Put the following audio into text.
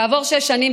כעבור שש שנים,